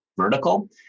vertical